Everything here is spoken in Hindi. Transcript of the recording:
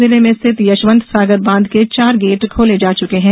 जिले में स्थित यशवंत सागर बांध के चार गेट खोले जा चुके हैं